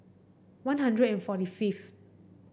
One Hundred and forty fifth